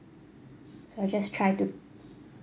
so I just try to